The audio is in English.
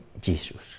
Jesus